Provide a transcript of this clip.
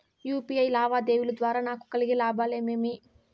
UPI లావాదేవీల ద్వారా నాకు కలిగే లాభాలు ఏమేమీ?